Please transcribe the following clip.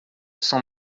cent